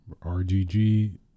RGG